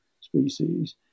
species